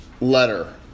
letter